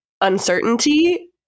uncertainty